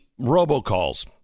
robocalls